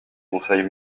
conseils